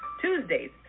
Tuesdays